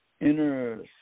Inner